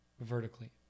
vertically